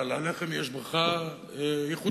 על הלחם יש ברכה ייחודית.